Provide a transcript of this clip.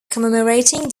commemorating